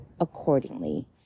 accordingly